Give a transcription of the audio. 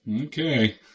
Okay